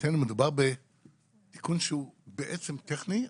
שמדובר בתיקון שהוא בעצם טכני,